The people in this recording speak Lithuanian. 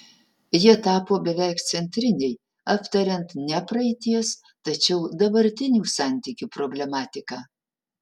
jie tapo beveik centriniai aptariant ne praeities tačiau dabartinių santykių problematiką